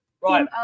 Right